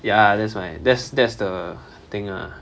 ya that's why that's that's the thing ah